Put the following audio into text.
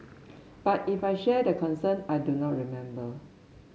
but if I shared concern I do not remember